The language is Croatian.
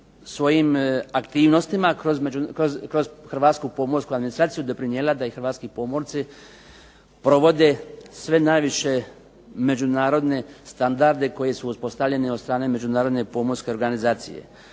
svojim aktivnostima kroz hrvatsku pomorsku administraciju doprinijela da i hrvatski pomorci provode sve najviše međunarodne standarde koji su uspostavljeni od strane međunarodne pomorske organizacije.